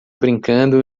brincando